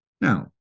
Now